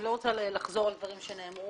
אני לא רוצה לחזור על דברים שנאמרו,